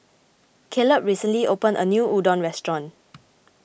Kaleb recently opened a new Udon restaurant